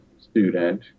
student